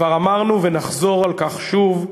כבר אמרנו, ונחזור על כך שוב: